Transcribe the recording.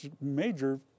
major